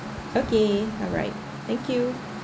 okay alright thank you